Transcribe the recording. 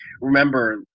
remember